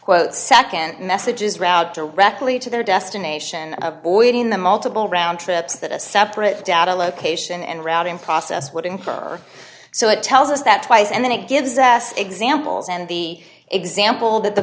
quote nd messages route directly to their destination of boyd in the multiple round trips that a separate data location and routing process would incur so it tells us that twice and then it gives us examples and the example that the